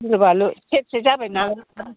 गिलु बालु सेरसे जाबाय ना